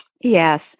Yes